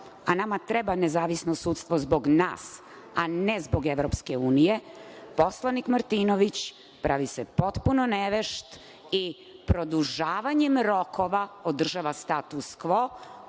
a nama treba nezavisno sudstvo zbog nas, a ne zbog EU, poslanik Martinović pravi se potpuno nevešt i produžavanjem rokova održava status kvo,